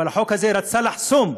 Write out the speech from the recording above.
אבל החוק הזה רצה לחסום,